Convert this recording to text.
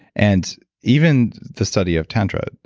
and even the study of tantra.